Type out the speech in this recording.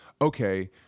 okay